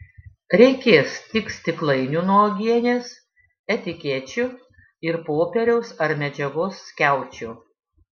reikės tik stiklainių nuo uogienės etikečių ir popieriaus ar medžiagos skiaučių